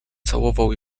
całował